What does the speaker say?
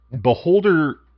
Beholder